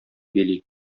били